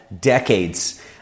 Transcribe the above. Decades